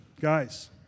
Guys